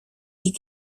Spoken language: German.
die